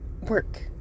work